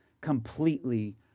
completely